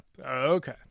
okay